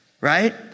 right